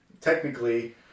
technically